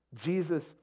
Jesus